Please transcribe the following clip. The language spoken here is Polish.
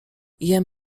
jem